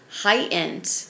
heightened